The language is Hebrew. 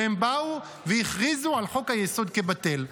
והם באו והכריזו על חוק-היסוד כבטל.